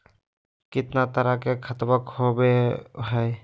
कितना तरह के खातवा होव हई?